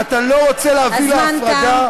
אתה לא רוצה להביא להפרדה?